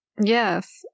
Yes